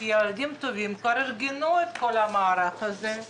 כבר ארגנו את כל המערך הזה.